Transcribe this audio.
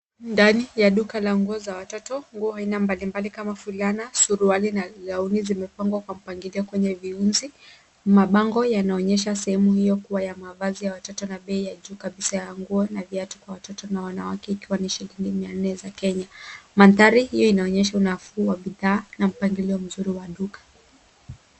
Ndani ya duka la nguo za watoto, nguo aina mbalimbali kama fulana, suruali na gauni zimepangwa kwa mpangilio kwenye viunzi na mabango yanaonyesha sehemu hio kuwa yana mavazi ya watoto na bei ya juu kabisa ya nguo na viatu kwa watoto na wanawake ikiwa ni shilingi mia nne za Kenya. Mandhari hio inaonyesha unafuu wa bidhaa na mpangilio mzuri wa duka.